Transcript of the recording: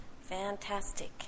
Fantastic